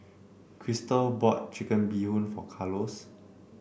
Chrystal bought Chicken Bee Hoon for Carlos